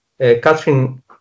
Catherine